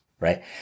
right